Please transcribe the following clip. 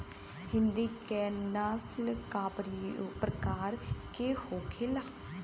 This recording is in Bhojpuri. हिंदी की नस्ल का प्रकार के होखे ला?